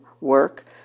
work